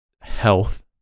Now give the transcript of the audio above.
health